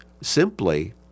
simply